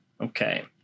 Okay